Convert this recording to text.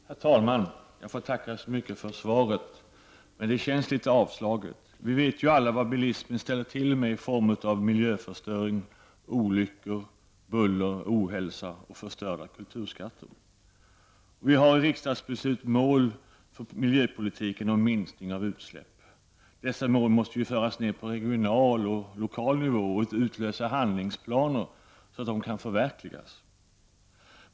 Herr talman! Jag får tacka så mycket för svaret. Men det känns litet avslaget. Vi vet ju alla vad bilismen ställer till med i form av miljöförstöring, olyckor, buller, ohälsa och förstörda kulturskatter. Vi har riksdagsbeslut för målen i miljöpolitiken om minskning av utsläpp. Dessa mål måste föras ned på regional och lokal nivå och utlösa handlingsplaner, så att de kan förverkligas.